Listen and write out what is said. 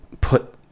put